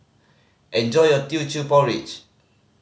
enjoy your Teochew Porridge